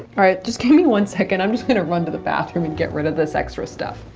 all right. just give me one second i'm just gonna run to the bathroom and get rid of this extra stuff.